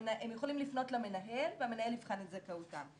הם יכולים לפנות למנהל והמנהל יבחן את זכאותם.